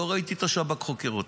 לא ראיתי את השב"כ חוקר אותה.